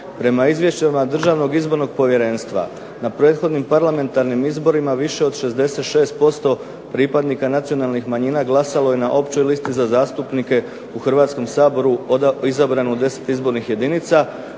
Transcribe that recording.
Prema izvješćima Državnog izbornog povjerenstva na prethodnim parlamentarnim izborima više od 66% pripadnika nacionalnih manjina glasalo je na općoj listi za zastupnike u Hrvatskom saboru izabrano u 10 izbornih jedinica.